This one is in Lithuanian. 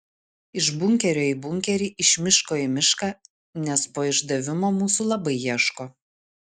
iš bunkerio į bunkerį iš miško į mišką nes po išdavimo mūsų labai ieško